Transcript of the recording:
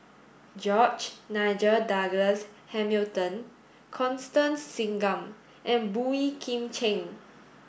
George Nigel Douglas Hamilton Constance Singam and Boey Kim Cheng